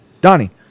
Donnie